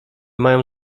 mają